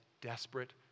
desperate